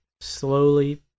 slowly